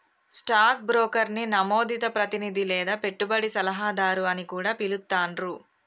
stock బ్రోకర్ని నమోదిత ప్రతినిధి లేదా పెట్టుబడి సలహాదారు అని కూడా పిలుత్తాండ్రు